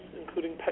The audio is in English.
including